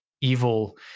Evil